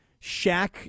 Shaq